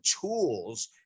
tools